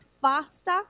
faster